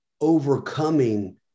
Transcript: overcoming